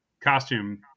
costume